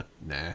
Nah